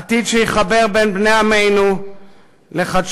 עתיד שיחבר בין בני עמינו לחדשנות,